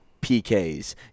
PKs